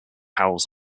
towels